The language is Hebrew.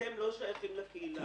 אתם לא שייכים לקהילה.